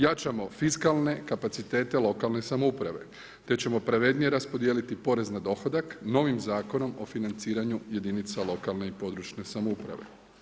Jačamo fiskalne kapacitete lokalne samouprave, te ćemo pravednije raspodijeliti porez na dohodak, novim zakonom o financiranju jedinica lokalne i područne samouprave.